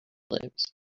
lives